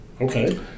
Okay